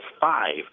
five